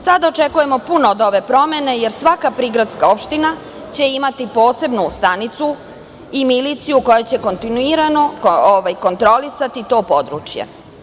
Sada očekujemo puno od ove promene, jer svaka prigradska opština će imati posebnu stanicu i miliciju koja će kontinuirano kontrolisati to područje.